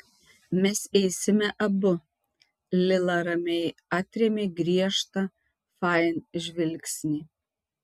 mes eisime abu lila ramiai atrėmė griežtą fain žvilgsnį